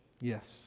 Yes